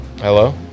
Hello